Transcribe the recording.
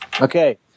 okay